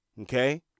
Okay